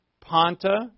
Ponta